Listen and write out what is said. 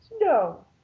No